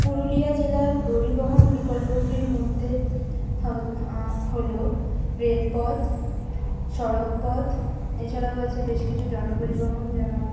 পুরুলিয়া জেলার পরিবহন বিকল্পগুলির মধ্যে হল রেলপথ সড়কপথ এছাড়াও আছে বেশ কিছু জনপরিবহন যেমন